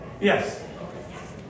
Yes